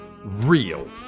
real